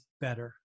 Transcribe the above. better